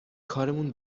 کارمون